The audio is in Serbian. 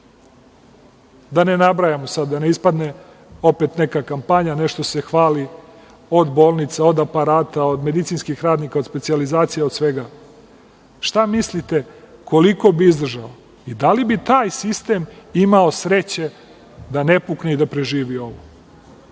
da ne nabrajamo sada, da ne ispadne opet neka kampanja, nešto se hvali, od bolnice, od aparata, od medicinskih radnika, od specijalizacija, od svega, šta mislite koliko bi izdržalo i da li bi taj sistem imao sreće da ne pukne i da ne preživi ovo?